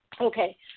Okay